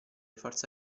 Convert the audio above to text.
forze